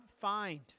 find